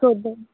सोध्नु